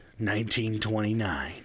1929